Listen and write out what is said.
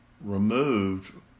removed